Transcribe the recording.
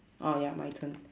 oh ya my turn